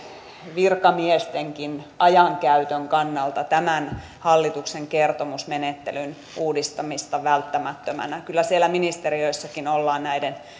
virkamiestenkin ajankäytön kannalta tämän hallituksen kertomusmenettelyn uudistamista välttämättömänä kyllä siellä ministeriöissäkin ollaan näiden